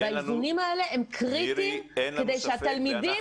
והאיזונים האלה הם קריטיים כדי שהתלמידים